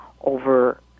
over